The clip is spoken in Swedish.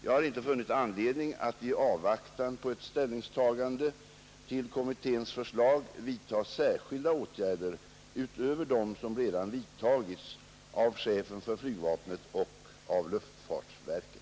Jag har inte funnit anledning att i avvaktan på ett ställningstagande till flygtrafikledningskommitténs förslag vidtaga särskilda åtgärder utöver dem som redan vidtagits av chefen för flygvapnet och luftfartsverket.